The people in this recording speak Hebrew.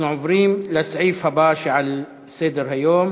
אנחנו עוברים לסעיף הבא שעל סדר-היום: